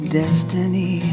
destiny